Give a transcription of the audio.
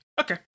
Okay